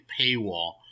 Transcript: paywall